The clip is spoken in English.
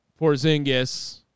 Porzingis